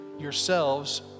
Yourselves